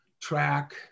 track